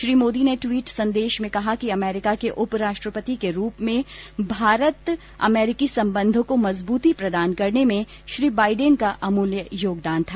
श्री मोदी ने ट्वीट संदेश में कहा कि अमेरिका के उपराष्ट्रपति के रूप में भारत अमेरिकी संबंधों को मजबूती प्रदान करने में श्री बाइडेन का अमूल्य योगदान था